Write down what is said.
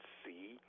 see